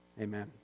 Amen